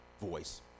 voice